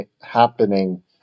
happening